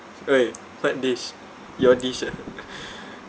!oi! what dish your dish ah